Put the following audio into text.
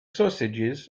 sausages